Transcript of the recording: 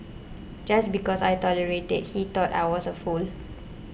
just because I tolerated he thought I was a fool